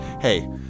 hey